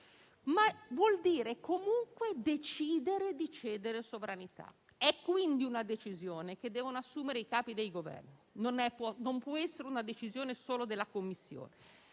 - vuol dire, comunque, decidere di cedere sovranità. Quindi, è una decisione che devono assumere i Capi dei Governi e non può essere una decisione solo della Commissione.